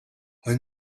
when